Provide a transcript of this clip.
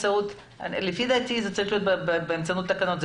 לפי דעתי, זה צריך להיות באמצעות תקנות.